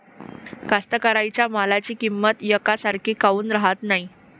कास्तकाराइच्या मालाची किंमत यकसारखी काऊन राहत नाई?